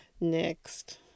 next